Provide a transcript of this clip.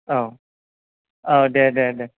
औ दे दे दे